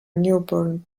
newborn